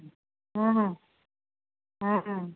हूँ हूँ भऽ गेल